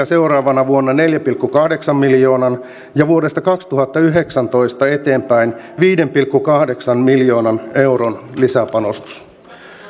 seuraavana vuonna neljän pilkku kahdeksan miljoonan ja vuodesta kaksituhattayhdeksäntoista eteenpäin viiden pilkku kahdeksan miljoonan euron lisäpanostus